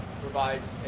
provides